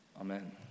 Amen